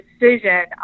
decision